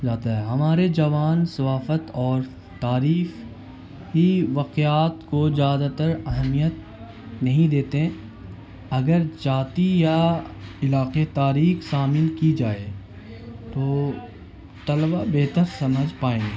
جاتا ہے ہمارے جوان ثقافت اور تعریف ہی واقعات کو زیادہ تر اہمیت نہیں دیتے اگر جاتی یا علاقے تاریخ شامل کی جائے تو طلبا بہتر سمجھ پائیں گے